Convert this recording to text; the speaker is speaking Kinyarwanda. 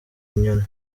inyoni